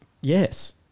Yes